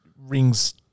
rings